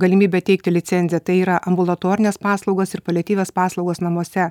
galimybė teikti licenziją tai yra ambulatorinės paslaugos ir paliatyvios paslaugos namuose